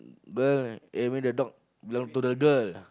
girl I mean the dog belong to the girl